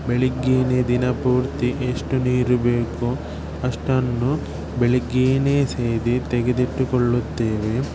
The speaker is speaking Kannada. ಬೆಳಿಗ್ಗೆಯೇ ದಿನಪೂರ್ತಿ ಎಷ್ಟು ನೀರು ಬೇಕೋ ಅಷ್ಟನ್ನೂ ಬೆಳಿಗ್ಗೆಯೇ ಸೇದಿ ತೆಗೆದಿಟ್ಟುಕೊಳ್ಳುತ್ತೇವೆ